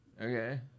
Okay